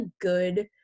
good